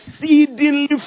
Exceedingly